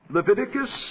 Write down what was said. Leviticus